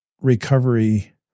recovery